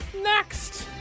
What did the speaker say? Next